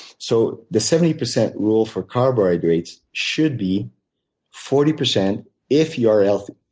so the seventy percent rule for carbohydrates should be forty percent if you're healthy,